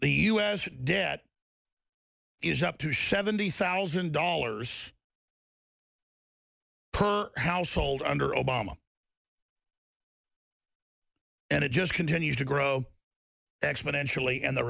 the u s debt is up to seventy thousand dollars per household under obama and it just continues to grow exponentially and the